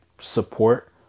support